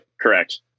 Correct